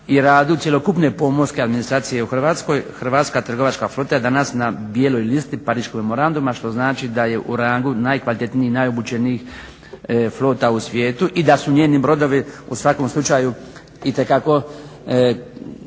i radu cjelokupne pomorske administracije u Hrvatskoj hrvatska trgovačka flota je danas na bijeloj listi Pariškog mamoranduma što znači da je u radu najkvalitetniji, najobučenijih flota u svijetu i da su njeni brodovi u svakom slučaju itekako